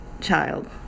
child